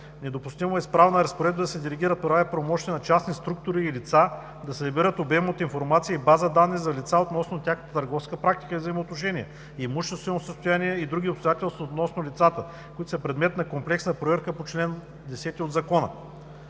Недопустимо е с правна разпоредба да се делегират права и правомощия на частни структури и лица, да се събират обем от информация и база данни за лица относно тяхната търговска практика и взаимоотношения, имуществено състояние и други обстоятелства относно лицата, които са предмет на комплексна проверка по чл. 10 от Закона.